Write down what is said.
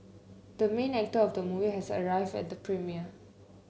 the main actor of the movie has arrived at the premiere